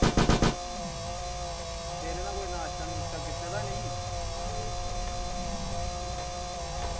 सबेरे दा कोई नाश्ता कीते दा जां नेईं